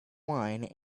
wine